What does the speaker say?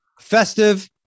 festive